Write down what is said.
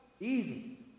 easy